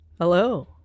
Hello